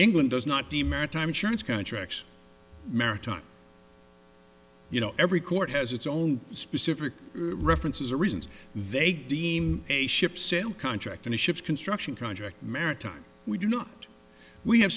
england does not deem maritime insurance contracts maritime you know every court has its own specific references or reasons they deem a ship sale contract in a ship's construction contract maritime we do not we have